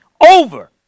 over